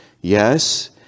Yes